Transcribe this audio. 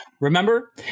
Remember